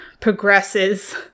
progresses